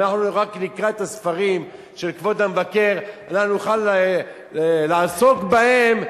אם אנחנו רק נקרא את הספרים של כבוד המבקר אנחנו נוכל לעסוק בהם,